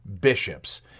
bishops